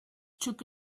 took